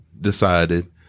decided